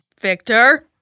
Victor